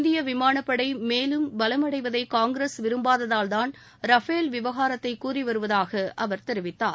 இந்திய விமானப் படை மேலும் பலம் அடைவதை காங்கிரஸ் விரும்பாததால்தான் ரஃபேல் விவகாரத்தை கூறிவருவதாக அவர் தெரிவித்தார்